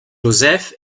joseph